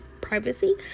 privacy